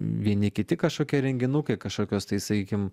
vieni kiti kažkokie renginukai kažkokios tai sakykim